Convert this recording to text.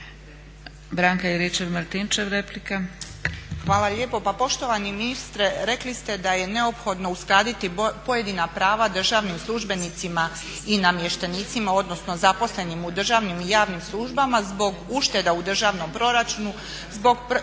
**Juričev-Martinčev, Branka (HDZ)** Hvala lijepo. Pa poštovani ministre, rekli ste da je neophodno uskratiti pojedina prava državnim službenicima i namještenicima odnosno zaposlenim u državnim i javnim službama zbog ušteda u državnom proračunu, zbog